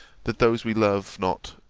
that those we love not,